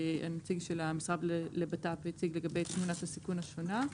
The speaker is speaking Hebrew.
שנציג המשרד לבט"פ הציג לגבי תמונת הסיכון השונה,